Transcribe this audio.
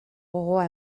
gogoa